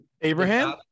Abraham